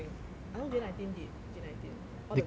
I know J nineteen did J nineteen all the girls did